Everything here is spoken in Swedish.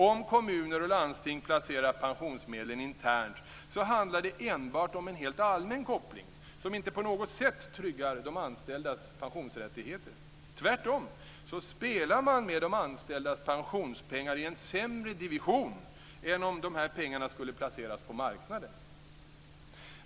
Om kommuner och landsting placerar pensionsmedlen internt, handlar det enbart om en helt allmän koppling som inte på något sätt tryggar de anställdas pensionsrättigheter. Tvärtom spelar man med de anställdas pensionspengar i en sämre division än om dessa pengar skulle placeras på marknaden.